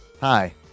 Hi